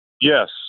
Yes